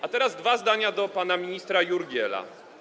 A teraz dwa zdania do pana ministra Jurgiela.